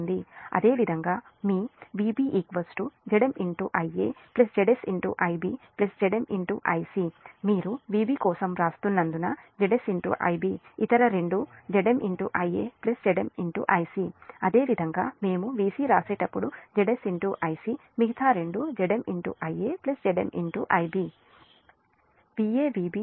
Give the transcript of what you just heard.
అదేవిధంగా మీ Vb Zm Ia Zs Ib Zm Ic మీరు Vb కోసం వ్రాస్తున్నందున Zs Ib ఇతర రెండు Zm Ia Zm Ic అదేవిధంగా మేము Vc వ్రాసేటప్పుడు Zs Ic మిగతా రెండు Zm Ia Zm Ib